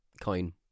coin